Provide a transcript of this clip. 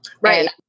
Right